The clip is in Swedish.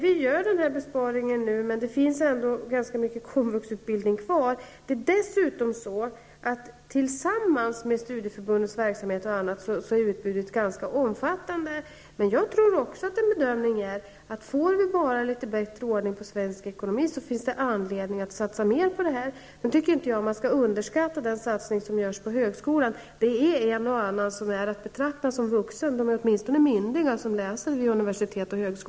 Vi gör denna besparing nu, men det finns ändå ganska mycket komvuxutbildning kvar. Dessutom är utbudet tillsammans med bl.a. studieförbundens verksamhet ganska omfattande. Också jag gör den bedömningen att om vi får litet bättre ordning på den svenska ekonomin, finns det anledning att satsa mer på det här. Jag tycker vidare inte att man skall underskatta den satsning som görs på högskolan. Av dem som läser på universitet och högskolor är en och annan att betrakta som vuxen. De som läser där är åtminstone myndiga.